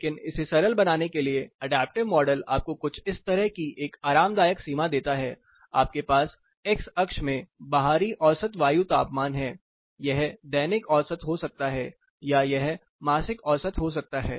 लेकिन इसे सरल बनाने के लिए अडैप्टिव मॉडल आपको कुछ इस तरह की एक आरामदायक सीमा देता है आपके पास एक्स अक्ष में बाहरी औसत वायु तापमान है यह दैनिक औसत हो सकता है या यह मासिक औसत हो सकता है